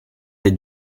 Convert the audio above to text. des